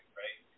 right